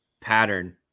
pattern